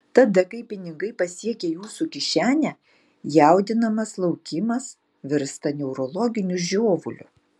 tada kai pinigai pasiekia jūsų kišenę jaudinamas laukimas virsta neurologiniu žiovuliu